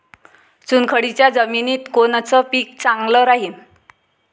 चुनखडीच्या जमिनीत कोनचं पीक चांगलं राहीन?